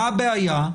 מה הבעיה?